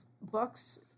books